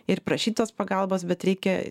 ir prašyt tos pagalbos bet reikia